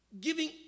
giving